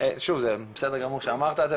שוב זה בסדר גמור שאמרת את זה,